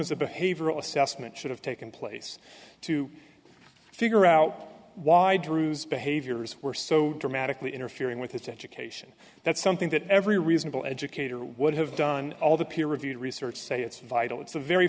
a behavioral assessment should have taken place to figure out why drew's behaviors were so dramatically interfering with his education that's something that every reasonable educator would have done all the peer reviewed research say it's vital it's a very